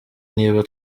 niba